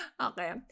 Okay